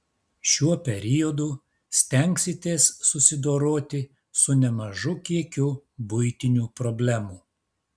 šiuo periodu stengsitės susidoroti su nemažu kiekiu buitinių problemų